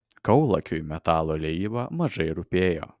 kaulakiui metalo liejyba mažai rūpėjo